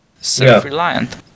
Self-reliant